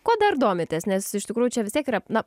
kuo dar domitės nes iš tikrųjų čia vis tiek yra na